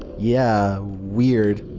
yeah. weird.